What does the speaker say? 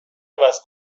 عوض